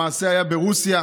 המעשה היה ברוסיה,